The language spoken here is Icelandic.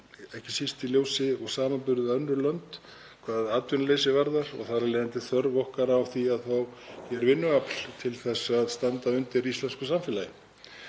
ekki síst í ljósi samanburðar við önnur lönd hvað atvinnuleysi varðar og þar af leiðandi þörf okkar á því að fá hingað vinnuafl til að standa undir íslensku samfélagi.